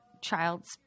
child's